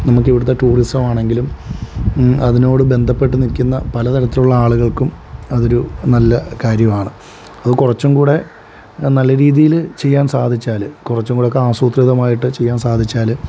നമുക്ക് ഇവിടുത്തെ ടൂറിസം ആണെങ്കിലും അതിനോട് ബന്ധപ്പെട്ട് നിൽക്കുന്ന പല തരത്തിലുള്ള ആളുകൾക്കും അതൊരു നല്ല കാര്യമാണ് അത് കുറച്ചും കൂടെ നല്ല രീതിയിൽ ചെയ്യാൻ സാധിച്ചാൽ കുറച്ചും കൂടെയൊക്കെ ആസൂത്രിതമായിട്ട് ചെയ്യാൻ സാധിച്ചാൽ